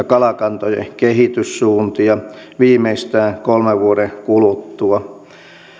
kalakantojen kehityssuuntia viimeistään kolmen vuoden kuluttua